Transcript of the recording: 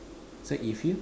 so if you